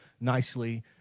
nicely